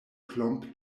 klomp